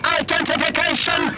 identification